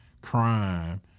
crime